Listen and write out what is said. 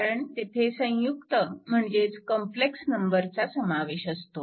कारण तेथे संयुक्त म्हणजेच कॉम्प्लेक्स नंबरचा समावेश असतो